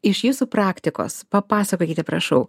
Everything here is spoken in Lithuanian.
iš jūsų praktikos papasakokite prašau